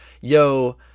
Yo